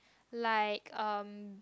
like um